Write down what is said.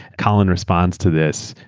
colin responds to this,